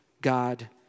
God